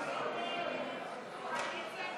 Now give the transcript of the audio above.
ההצעה